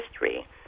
history